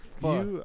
Fuck